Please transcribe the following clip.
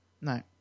No